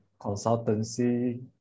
consultancy